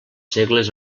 segles